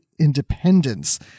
Independence